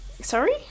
Sorry